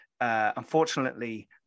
Unfortunately